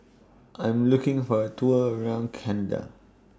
I'm looking For A Tour around Canada